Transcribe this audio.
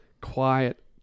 quiet